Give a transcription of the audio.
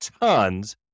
tons